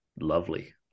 lovely